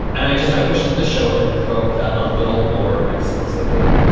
and i just i wish that the show had probed that a little more explicitly